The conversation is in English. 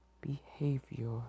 behavior